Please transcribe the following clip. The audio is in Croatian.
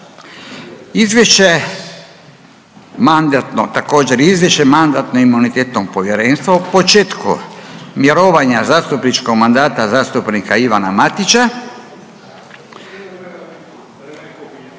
Izvješće mandatno, također Izvješće MIP-a o početku mirovanja zastupničkog mandata zastupnika Ivana Matića